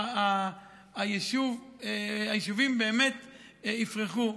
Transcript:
והיישובים באמת יפרחו.